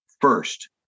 first